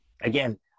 Again